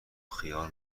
خیار